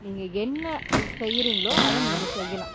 நீங்கள் என்ன செய்கிறிங்களோ அதை நீங்கள் செய்யலாம்